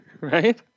Right